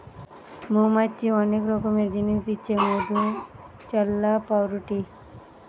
মৌমাছি অনেক রকমের জিনিস দিচ্ছে মধু, চাল্লাহ, পাউরুটি ইত্যাদি